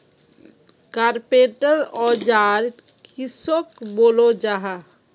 Carpenter औजार किसोक बोलो जाहा?